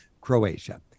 Croatia